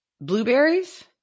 blueberries